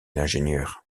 l’ingénieur